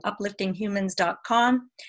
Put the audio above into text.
upliftinghumans.com